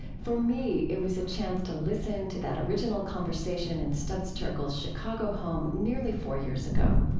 for me, it was a chance to listen to that original conversation in studs terkel's chicago home, nearly four years ago.